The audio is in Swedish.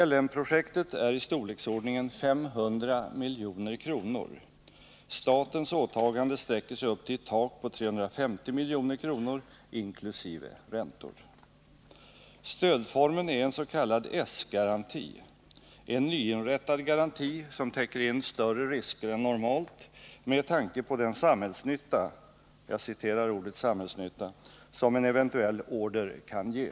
LM-projektet är i storleksordningen 500 milj.kr. Statens åtagande sträcker sig upp till ett tak på 350 milj.kr., inkl. räntor. Stödformen är en s.k. S-garanti — en nyinrättad garanti som täcker in större risker än normalt med tanke på den ”samhällsnytta” som en eventuell order kan ge.